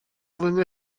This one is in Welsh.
flwyddyn